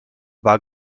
war